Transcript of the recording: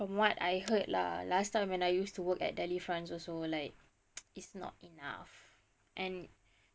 from what I heard lah last time when I use to work at delifrance also like is not enough and